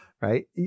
right